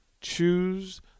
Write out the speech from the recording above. Choose